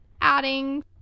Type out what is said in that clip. adding